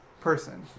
person